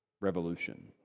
Revolution